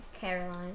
Caroline